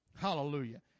Hallelujah